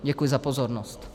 Děkuji za pozornost.